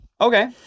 Okay